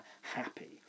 happy